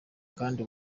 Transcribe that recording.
kandi